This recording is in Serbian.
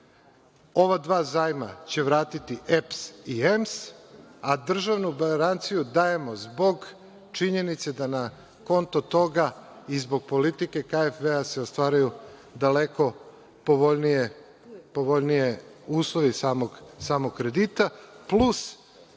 Ova dva zajma će vratiti EPS i EMS, a državnu garanciju dajemo zbog činjenice da na konto toga i zbog politike KfW se ostvaruju daleko povoljniji uslovi samog kredita, plus